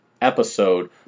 episode